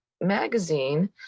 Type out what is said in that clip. magazine